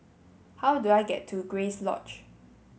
how do I get to Grace Lodge